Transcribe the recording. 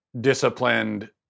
disciplined